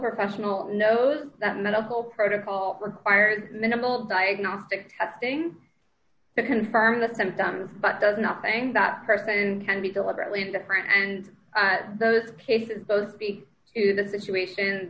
professional knows that medical protocol requires minimal diagnostic testing to confirm the symptoms but does nothing that person can be deliberately indifferent and those cases those be the situations